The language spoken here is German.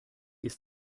ist